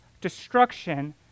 destruction